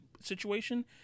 situation